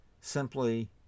simply